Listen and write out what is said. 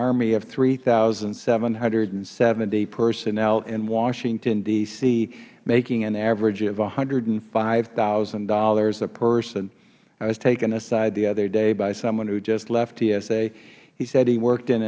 army of three thousand seven hundred and seventy personnel in washington d c making an average of one hundred and five thousand dollars a person i was taken aside the other day by someone who just left tsa he said he worked in